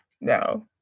no